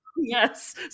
Yes